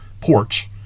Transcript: porch